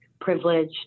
privileged